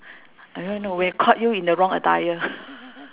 I don't know when caught you in the wrong attire